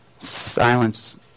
silence